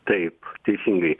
taip teisingai